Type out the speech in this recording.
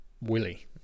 Willie